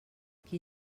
qui